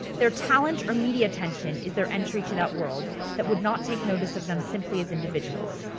their talent or media attention is their entry to that world that would not take notice of them simply as individuals.